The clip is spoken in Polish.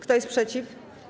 Kto jest przeciw?